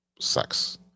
sex